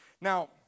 Now